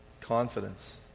Confidence